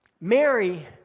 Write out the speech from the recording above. Mary